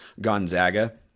Gonzaga